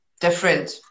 different